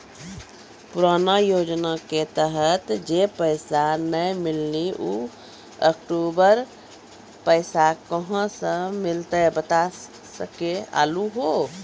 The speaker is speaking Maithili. पुराना योजना के तहत जे पैसा नै मिलनी ऊ अक्टूबर पैसा कहां से मिलते बता सके आलू हो?